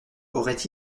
auraient